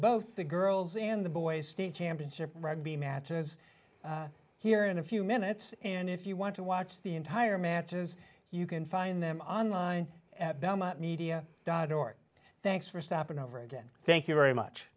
both the girls and the boys state championship rugby matches here in a few minutes and if you want to watch the entire matches you can find them online at belmont media dot org thanks for stepping over again thank you very much